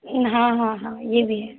हाँ हाँ हाँ ये भी है